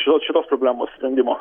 ir šitos problemos sprendimo